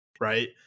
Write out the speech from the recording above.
right